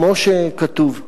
כמו שכתוב.